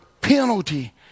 penalty